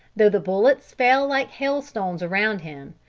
though the bullets fell like hailstones around him,